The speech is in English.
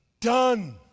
done